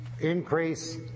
increase